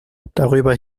darüber